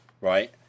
right